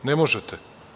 Ne možete.